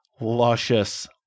Luscious